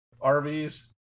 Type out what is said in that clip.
RVs